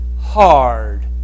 hard